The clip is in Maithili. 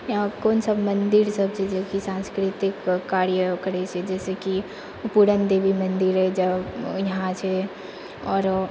इहाँ कोन सभ मन्दिर सभ छै जे कि सांस्कृतिक कार्य करै छै जैसे कि पुरनदेबी मन्दिर जे इहाँ छै आरो